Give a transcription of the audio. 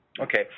Okay